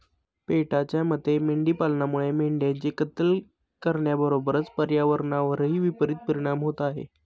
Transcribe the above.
पेटाच्या मते मेंढी पालनामुळे मेंढ्यांची कत्तल करण्याबरोबरच पर्यावरणावरही विपरित परिणाम होत आहे